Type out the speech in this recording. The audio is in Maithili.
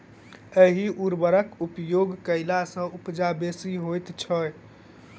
एहि उर्वरकक उपयोग कयला सॅ उपजा बेसी होइत छै